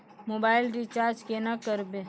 Mobile recharge केना करबै?